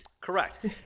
Correct